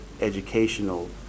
educational